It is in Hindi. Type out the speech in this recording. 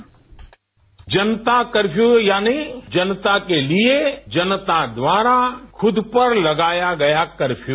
बाइट जनता कर्फ्यू यानि जनता के लिए जनता द्वारा खूद पर लगाया गया कर्फ्यू